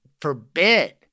forbid